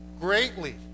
Greatly